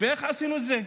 איך עשינו את זה?